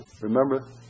Remember